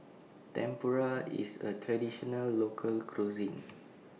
Tempura IS A Traditional Local Cuisine